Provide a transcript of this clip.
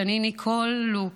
שני ניקול לוק,